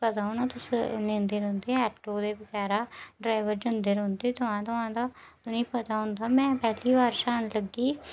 पता होना तुस लेंदे रौह्ने एटो ते बगैरा ड्राइवर जंदे रौह्दे तांह् तुआंह् ते उनेंगी पता होंदा में पैहली बार जान लगी